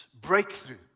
Breakthrough